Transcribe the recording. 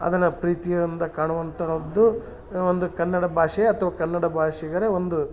ಅದನ್ನ ಪ್ರೀತಿಯಿಂದ ಕಾಣುವಂತರ ಒಂದು ಒಂದು ಕನ್ನಡ ಭಾಷೆ ಅಥ್ವ ಕನ್ನಡ ಭಾಷಿಗರೆ ಒಂದು